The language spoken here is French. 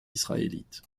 israélite